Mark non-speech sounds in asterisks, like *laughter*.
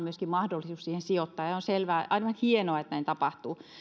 *unintelligible* myöskin mahdollisuus siihen sijoittaa ja on aivan hienoa että näin tapahtuu